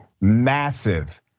Massive